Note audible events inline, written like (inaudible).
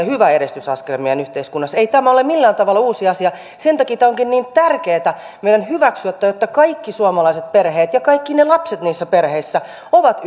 (unintelligible) hyvä edistysaskel meidän yhteiskunnassamme ei tämä ole millään tavalla uusi asia sen takia tämä onkin niin tärkeätä meidän hyväksyä että kaikki suomalaiset perheet ja kaikki ne lapset niissä perheissä ovat (unintelligible)